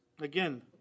Again